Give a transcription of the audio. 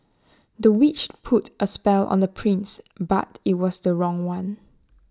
the witch put A spell on the prince but IT was the wrong one